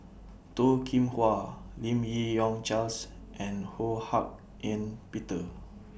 Toh Kim Hwa Lim Yi Yong Charles and Ho Hak Ean Peter